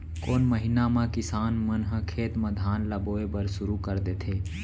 कोन महीना मा किसान मन ह खेत म धान ला बोये बर शुरू कर देथे?